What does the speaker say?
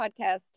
Podcast